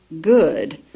good